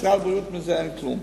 למשרד הבריאות אין מזה כלום,